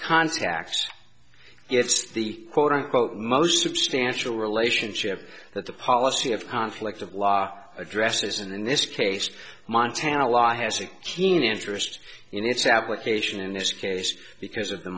contacts it's the quote unquote most substantial relationship that the policy of conflict of law addresses and in this case montana law has a keen interest in its application in this case because of the